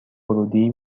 ورودی